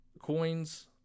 coins